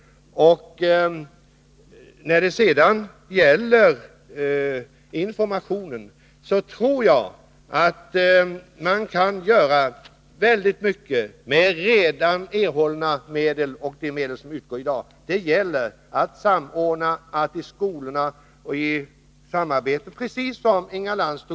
Och jag tror att mycket information kan åstadkommas med de medel som redan i dag utgår. Det gäller att samordna arbetet med bl.a. skolorna, precis som Inga Lanz sade.